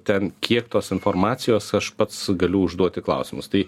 ten kiek tos informacijos aš pats galiu užduoti klausimus tai